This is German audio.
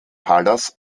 palas